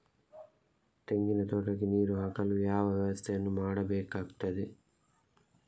ತೆಂಗಿನ ತೋಟಕ್ಕೆ ನೀರು ಹಾಕಲು ಯಾವ ವ್ಯವಸ್ಥೆಯನ್ನು ಮಾಡಬೇಕಾಗ್ತದೆ?